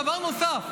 דבר נוסף,